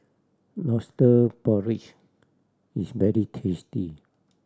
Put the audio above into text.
Lobster Porridge is very tasty